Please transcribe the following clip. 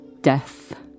death